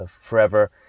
forever